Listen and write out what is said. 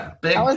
big